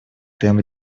темп